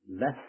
less